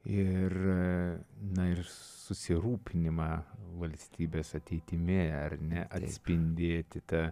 ir na ir susirūpinimą valstybės ateitimi ar ne atspindėti tą